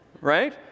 right